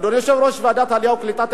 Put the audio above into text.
אדוני יושב-ראש ועדת העלייה והקליטה,